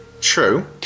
true